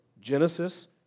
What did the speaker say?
Genesis